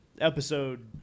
episode